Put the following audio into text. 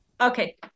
Okay